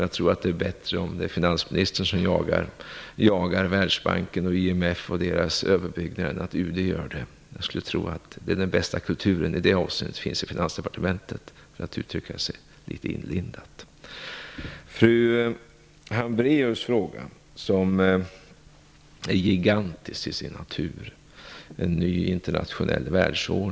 Jag tror att det är bättre att finansministern bearbetar Världsbanken, IMF och deras överbyggnader än att UD gör det. Jag skulle tro - för att uttrycka mig litet inlindat - att den bästa kulturen i det avseendet finns inom Finansdepartementet. Fru Hambraeus fråga om en ny internationell världsordning är gigantisk till sin natur.